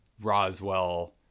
Roswell